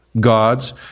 gods